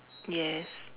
yes